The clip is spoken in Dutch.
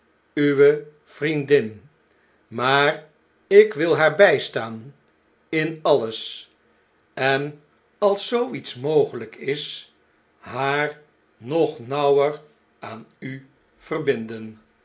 uwe vriendin maar ik wil haar bjjstaan in alles en als zoo iets mogelijk is haar nog nauwer aan u verbinden